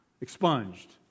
expunged